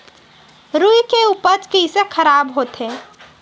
रुई के उपज कइसे खराब होथे?